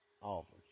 offers